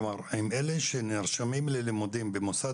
כלומר אלה שנרשמים ללימודים במוסד